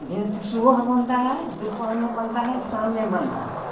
भिन से सुबह बनता है दोपहर में बनता है शाम में बनता है